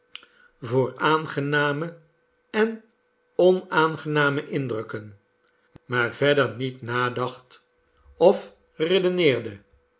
voor aangename en onaangename indrukken maar verder niet nadacht of redeneerde